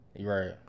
Right